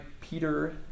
Peter